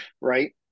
right